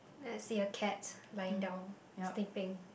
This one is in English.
I see a cat lying down sleeping